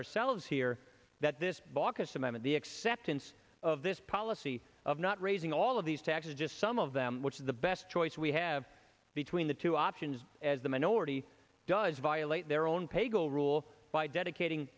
ourselves here that this baucus some of the acceptance of this policy of not raising all of these taxes just some of them which is the best choice we have between the two options as the minority does violate their own pay go rule by dedicating